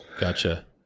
Gotcha